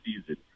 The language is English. season